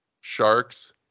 Sharks